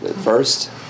first